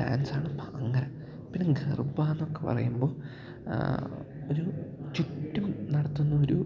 ഡാൻസാണ് ബാംഗ്ര പിന്നെ ഗർഭാന്നൊക്കെ പറയുമ്പോൾ ഒരു ചുറ്റും നടത്തുന്ന ഒരു